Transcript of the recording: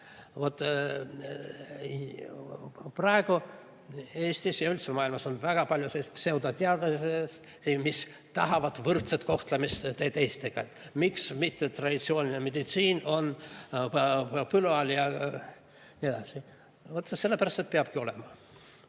Praegu Eestis ja üldse maailmas on väga palju pseudoteadusi, mis tahavad võrdset kohtlemist teistega [ja küsivad], miks mittetraditsiooniline meditsiin on põlu all ja nii edasi. Sellepärast, et peabki olema.